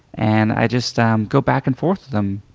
and i just um go back and forth with them,